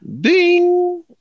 Ding